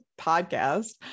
podcast